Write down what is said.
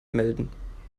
melden